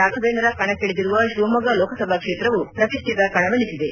ರಾಘವೇಂದ್ರ ಕಣಕ್ಕೀದಿರುವ ಶಿವಮೊಗ್ಗ ಲೋಕಸಭಾ ಕ್ಷೇತ್ರವು ಪ್ರತಿಷ್ಟಿತ ಕಣವೆನಿಸಿದೆ